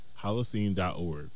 holocene.org